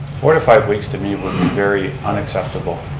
four to five weeks to me would be very unacceptable.